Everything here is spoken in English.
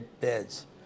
beds